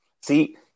see